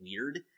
weird